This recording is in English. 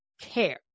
care